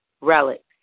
relics